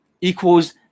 equals